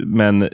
men